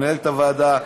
מנהלת הוועדה,